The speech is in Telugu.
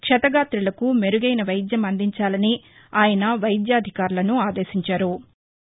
క్షతగాత్రులకు మెరుగైన వైద్యం అందించాలని వైద్య అధికారులను ఆదేశించారు